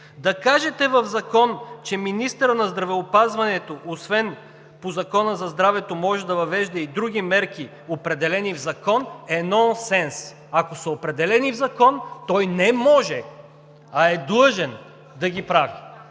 Да кажете в закон, че министърът на здравеопазването, освен по Закона за здравето, може да въвежда и други мерки, определени в закон, е нонсенс! Ако са определени в закон, той не „може“, а е длъжен да ги прави!